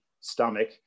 stomach